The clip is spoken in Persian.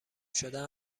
شدن